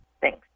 Thanks